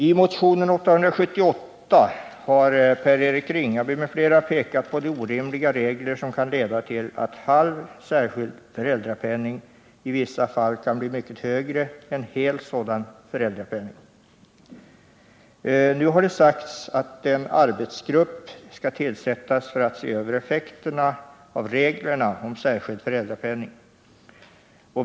I motionen 878 har Per-Eric Ringaby m.fl. pekat på de orimliga regler som kan leda till att halv särskild föräldrapenning i vissa fall kan bli mycket högre än hel sådan föräldrapenning. Nu har det sagts att en arbetsgrupp skall tillsättas för att se över effekterna av reglerna om särskild föräldrapenning.